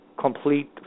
complete